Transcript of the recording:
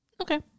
Okay